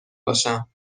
باشم